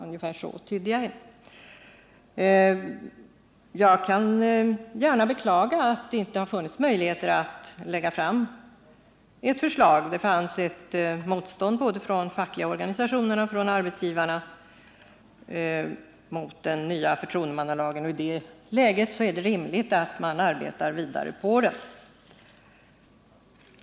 Ungefär så tydde jag henne. Jag kan gärna beklaga att det inte har funnits möjligheter att lägga fram en sådan lag. Det fanns ett motstånd både från fackliga organisationer och från arbetsgivarhåll mot den nya förtroendemannalagen. Och i det läget är det rimligt att arbeta vidare på den.